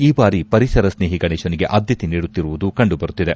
ಈ ಬಾರಿ ಪರಿಸರ ಸ್ನೇಹಿ ಗಣೇಶನಿಗೆ ಆದ್ಯತೆ ನೀಡುತ್ತಿರುವುದು ಕಂಡು ಬರುತ್ತಿದೆ